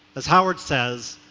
as howard says,